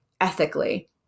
ethically